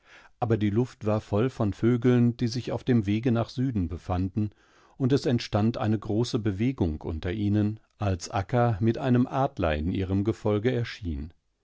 aber die luft war voll von vögeln die sich auf dem wege nach süden befanden und es entstand eine große bewegung unter ihnen als akka mit einem adler in ihrem gefolge erschien